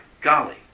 golly